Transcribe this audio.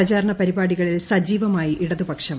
പ്രചാരണ പരിപാടികളിൽ സജീവമായി ഇടതുപക്ഷം